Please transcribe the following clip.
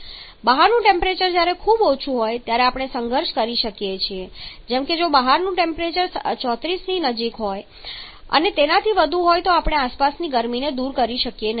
જ્યારે બહારનું ટેમ્પરેચર ખૂબ ઊંચું હોય ત્યારે આપણે સંઘર્ષ કરી શકીએ છીએ જેમ કે જો બહારનું ટેમ્પરેચર 34 0C ની ખૂબ નજીક હોય અને તેનાથી વધુ હોય તો આપણે આસપાસની ગરમીને દૂર કરી શકીએ નહીં